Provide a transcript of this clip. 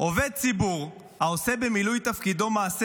"עובד ציבור העושה במילוי תפקידו מעשה